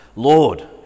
Lord